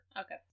Okay